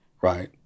right